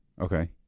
Okay